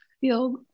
feel